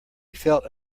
felt